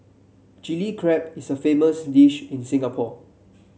Chilli Crab is a famous dish in Singapore